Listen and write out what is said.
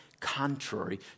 contrary